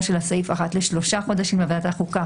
של הסעיף אחת לשלושה חודשים לוועדת החוקה,